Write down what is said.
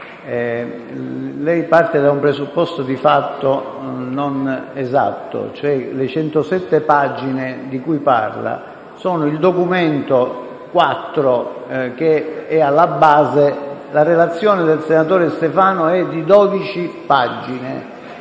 lei parte da un presupposto di fatto non esatto. Le 107 pagine di cui parla costituiscono il documento IV, n. 14 che è alla base. La relazione del senatore Stefano è di 12 pagine.